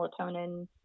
melatonin